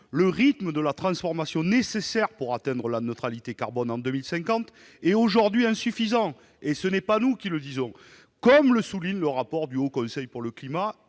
le rythme de la transformation nécessaire pour atteindre la neutralité carbone en 2050 est aujourd'hui insuffisant, comme le souligne le rapport du Haut Conseil pour le climat.